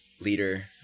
leader